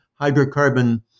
hydrocarbon